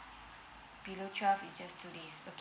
below twelve is just two days okay